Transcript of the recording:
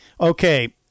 Okay